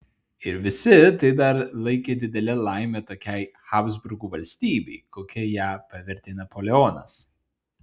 ir visi tai dar laikė didele laime tokiai habsburgų valstybei kokia ją pavertė napoleonas